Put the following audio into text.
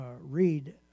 read